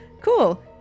cool